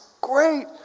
great